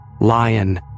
Lion